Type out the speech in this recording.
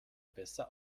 besser